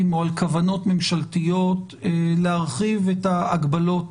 או על כוונות ממשלתיות להרחיב את ההגבלות